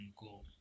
go